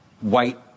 white